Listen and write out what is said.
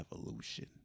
evolution